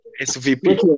svp